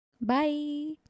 Bye